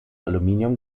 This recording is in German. aluminium